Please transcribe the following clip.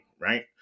right